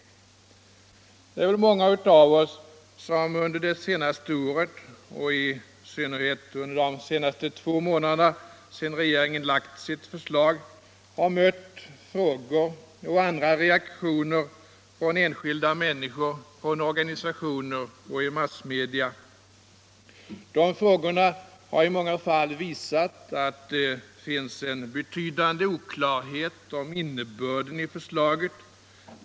Det är väl många av oss som under det senaste året, i synnerhet under de senaste två månaderna sedan regeringen lagt fram sitt förslag, har mött frågor och andra reaktioner från enskilda människor, från organisationer och i massmedia. De frågorna har i många fall visat att det finns en betydande oklarhet om innebörden i förslaget.